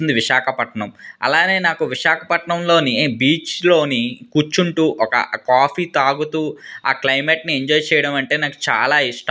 విశాఖపట్నం అలానే నాకు విశాఖపట్నంలోని బీచ్లోని కూర్చుంటూ ఒక కాఫీ తాగుతూ ఆ క్లైమెట్ని ఎంజాయ్ చేయడం అంటే నాకు చాలా ఇష్టం